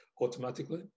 automatically